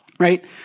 right